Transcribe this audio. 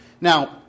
Now